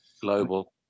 global